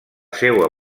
seua